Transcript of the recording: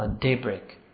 daybreak